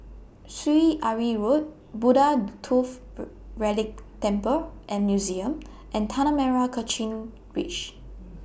Syed Alwi Road Buddha Tooth Relic Temple and Museum and Tanah Merah Kechil Ridge